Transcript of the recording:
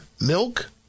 milk